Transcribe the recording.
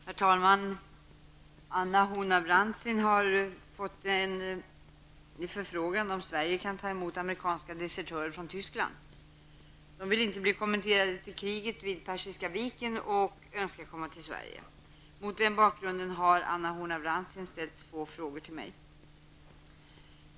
Herr talman! Anna Horn af Rantzien har fått en förfrågan om Sverige kan ta emot amerikanska desertörer från Tyskland. De vill inte bli kommenderade till kriget vid Persiska viken och önskar komma till Sverige. Mot denna bakgrund har Anna Horn af Rantzien ställt två frågor till mig.